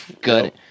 good